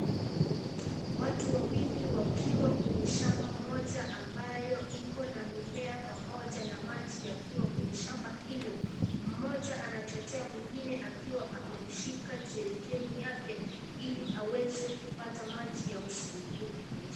Watu wawili wakiwa kwenye shamba moja ambayo iko na mimea pamoja na maji yakiwa kwenye shamba hilo. Mmoja anachotea mwingine akiwa amemshika jelikeni yake ili aweze kupata maji yamsaidi kimaisha.